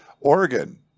Oregon